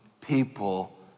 people